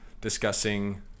discussing